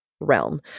realm